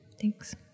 thanks